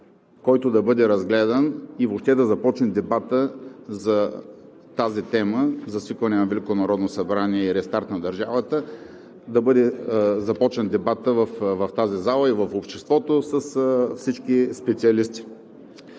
който да бъде разгледан и въобще да започне дебатът по тази тема – за свикване на Велико народно събрание и рестарт на държавата, да бъде започнат дебатът в тази зала и в обществото с всички специалисти.